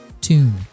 tune